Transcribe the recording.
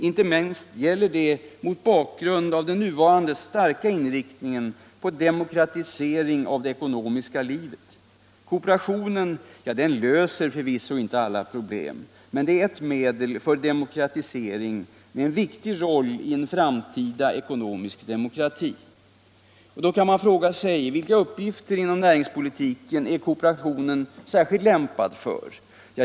Inte minst gäller detta mot bakgrund av den nuvarande starka inriktningen på demokratisering av det ekonomiska livet. Kooperationen löser förvisso inte alla problem, men den är ett medel för demokratisering med en viktig roll i en framtida ekonomisk demokrati. Då kan man fråga sig vilka uppgifter inom näringspolitiken som kooperationen är särskilt lämpad för.